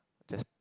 just